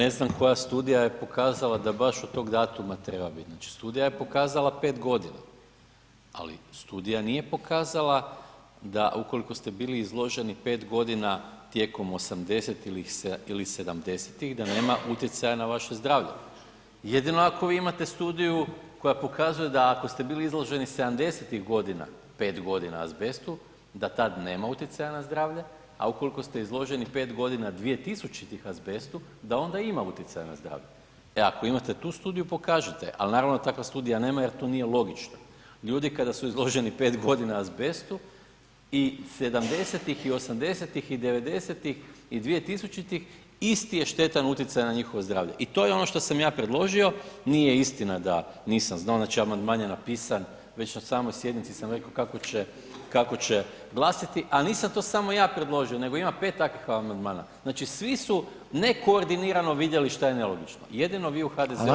Ja ne znam koja studija je pokazala da baš od tog datuma treba bit, znači studija je pokazala 5.g., ali studija nije pokazala da ukoliko ste bili izloženi 5.g. tijekom '80.-tih ili '70.-tih da nema utjecaja na vaše zdravlje, jedino ako vi imate studiju koja pokazuje da ako ste bili izloženi '70.-tih godina 5.g. azbestu da tad nema utjecaja na zdravlje, a ukoliko ste izloženi 5.g. 2000.-tih azbestu da onda ima utjecaja na zdravlje, e ako imate tu studiju pokažite je, al naravno takva studija nema jer to nije logično, ljudi kada su izloženi 5.g. azbestu i '70.-tih i '80.-tih i '90.-tih i 2000.-tih isti je štetni utjecaj na njihovo zdravlje i to je ono što sam ja predložio, nije istina da nisam znao, znači amandman je napisan, već na samoj sjednici sam reko kako će, kao će glasiti, al nisam to samo ja predložio nego ima 5 takvih amandmana, znači svi su nekoordinirano vidjeli šta je nelogično, jedino vi u HDZ-u [[Upadica: Hvala]] ne prihvaćate.